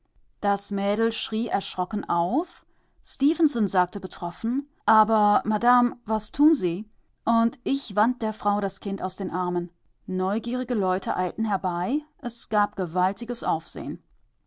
das mädel schrie erschrocken auf stefenson sagte betroffen aber madame was tun sie und ich wand der frau das kind aus den armen neugierige leute eilten herbei es gab gewaltiges aufsehen